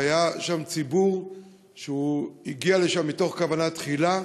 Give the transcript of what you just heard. והיה שם ציבור שהגיע לשם ובכוונה תחילה